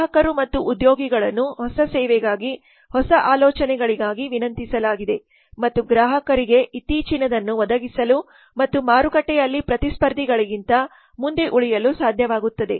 ಗ್ರಾಹಕರು ಮತ್ತು ಉದ್ಯೋಗಿಗಳನ್ನು ಹೊಸ ಸೇವೆಗಾಗಿ ಹೊಸ ಆಲೋಚನೆಗಳಿಗಾಗಿ ವಿನಂತಿಸಲಾಗಿದೆ ಮತ್ತು ಗ್ರಾಹಕರಿಗೆ ಇತ್ತೀಚಿನದನ್ನು ಒದಗಿಸಲು ಮತ್ತು ಮಾರುಕಟ್ಟೆಯಲ್ಲಿ ಪ್ರತಿಸ್ಪರ್ಧಿಗಳಿಗಿಂತ ಮುಂದೆ ಉಳಿಯಲು ಸಾಧ್ಯವಾಗುತ್ತದೆ